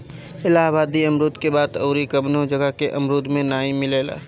इलाहाबादी अमरुद के बात अउरी कवनो जगह के अमरुद में नाइ मिलेला